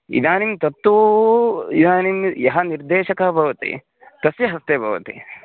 इदानीं तत्तु इदानीं यः निर्देशकः भवति तस्य हस्ते भवति